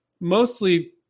Mostly